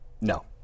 no